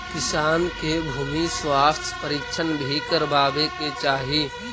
किसान के भूमि स्वास्थ्य परीक्षण भी करवावे के चाहि